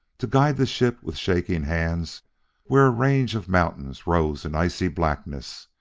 to guide the ship with shaking hands where a range of mountains rose in icy blackness,